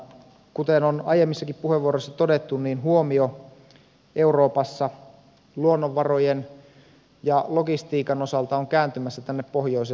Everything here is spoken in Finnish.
kuten on aiemmissakin puheenvuoroissa todettu huomio euroopassa luonnonvarojen ja logistiikan osalta on kääntymässä tänne pohjoiseen